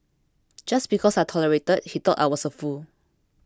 just because I tolerated he thought I was a fool